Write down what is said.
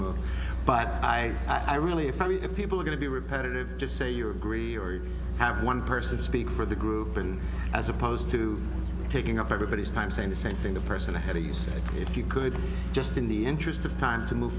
move but i i really funny that people are going to be repetitive just say you agree or have one person speak for the group and as opposed to taking up everybody's time saying the same thing the person ahead of you said if you could just in the interest of time to move